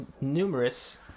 numerous